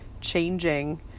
changing